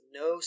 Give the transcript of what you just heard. no